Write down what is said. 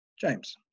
James